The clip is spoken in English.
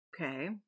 Okay